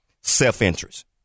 self-interest